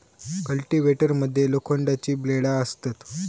cultivator मध्ये लोखंडाची ब्लेडा असतत